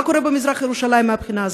מה קורה במזרח ירושלים מהבחינה הזאת?